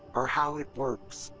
or how it works,